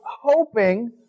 hoping